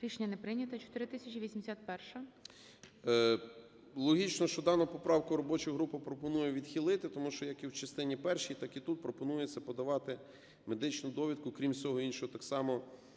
Рішення не прийнято. 4081-а. 16:51:56 СИДОРОВИЧ Р.М. Логічно, що дану поправку робоча група пропонує відхилити, тому що як і в частині першій, так і тут, пропонується подавати медичну довідку, крім всього іншого, так само